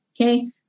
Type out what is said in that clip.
Okay